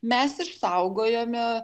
mes išsaugojome